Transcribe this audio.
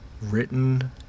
Written